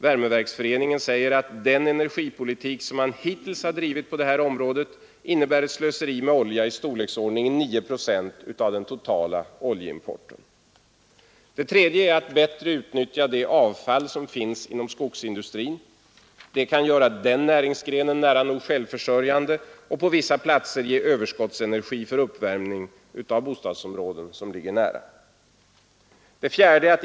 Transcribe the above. Värmeverksföreningen säger att den energipolitik som man hittills har drivit på detta område innebär ett slöseri med olja i storleksordningen 9 procent av den totala oljeimporten. 3. Utnyttja bättre det avfall som finns inom skogsindustrin. Det kan göra den näringsgrenen nära nog självförsörjande och på vissa platser ge överskottsenergi för uppvärmning av bostadsområden som ligger nära. 4.